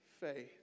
faith